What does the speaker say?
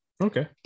Okay